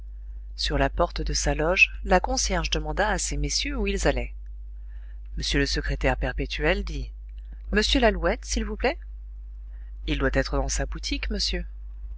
loge la concierge demanda à ces messieurs où ils allaient m le secrétaire perpétuel dit m lalouette s'il vous plaît il doit être dans sa boutique monsieur